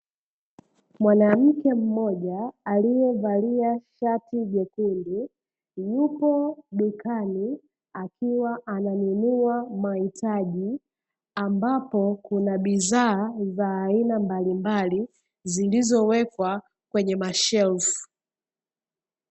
Mwanamke mmoja alievalia shati jekundu, yupo dukani akiwa ananununa mahitaji ambapo kuna bidhaa za aina mbalimbali zilizowekwa kwenye mashelfu.